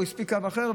הוא הספיק קו אחר,